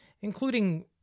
including